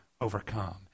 overcome